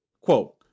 Quote